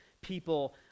people